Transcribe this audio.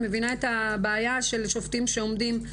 את מבינה את הבעיה של שופטים שכותבים